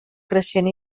creixent